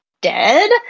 dead